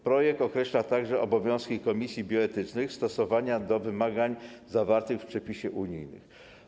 Projekt określa także obowiązki komisji bioetycznych, stosownie do wymagań zawartych w przepisach unijnych.